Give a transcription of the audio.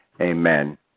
Amen